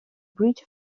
breach